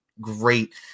great